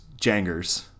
Jangers